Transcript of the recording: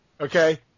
Okay